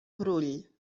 brull